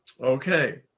okay